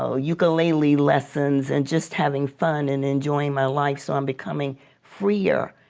so ukulele lessons and just having fun and enjoying my life. so i'm becoming freer.